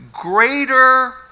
greater